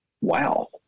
Wow